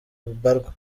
mbarwa